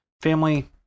family